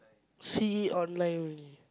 see online only